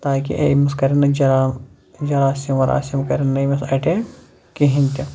تاکہِ أمِس کَرن نہٕ جرام جراسیٖم وراسیٖم کَرن نہٕ أمِس اَٹیک کِہیٖنٛۍ تہِ